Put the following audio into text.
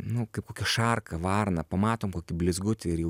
nu kaip kokia šarka varna pamatom kokį blizgutį ir jau